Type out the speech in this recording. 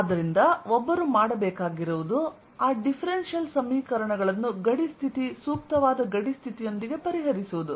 ಆದ್ದರಿಂದ ಒಬ್ಬರು ಮಾಡಬೇಕಾಗಿರುವುದು ಆ ಡಿಫ್ರೆನ್ಸಿಯಲ್ ಸಮೀಕರಣಗಳನ್ನು ಗಡಿ ಸ್ಥಿತಿ ಸೂಕ್ತವಾದ ಗಡಿ ಸ್ಥಿತಿಯೊಂದಿಗೆ ಪರಿಹರಿಸುವುದು